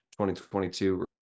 2022